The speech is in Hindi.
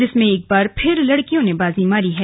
जिसमें एक बार फिर लड़कियों ने बाजी मारी है